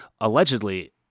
allegedly